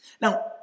Now